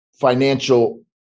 financial